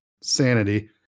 sanity